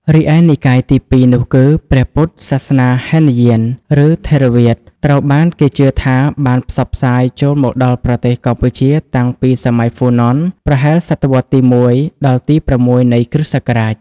រីឯនិកាយទី២នោះគឺ ព្រះពុទ្ធសាសនាហីនយាន ឬ ថេរវាទ ត្រូវបានគេជឿថាបានផ្សព្វផ្សាយចូលមកដល់ប្រទេសកម្ពុជាតាំងពីសម័យហ្វូណន ប្រហែលសតវត្សរ៍ទី ១ ដល់ទី ៦ នៃគ.ស.។